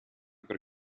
per